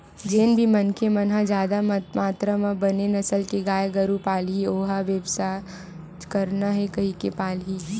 जेन भी मनखे मन ह जादा मातरा म बने नसल के गाय गरु पालही ओ ह बेवसायच करना हे कहिके पालही